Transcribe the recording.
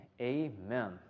Amen